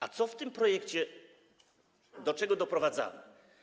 A co jest w tym projekcie, do czego doprowadzamy?